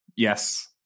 Yes